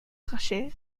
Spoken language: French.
crachait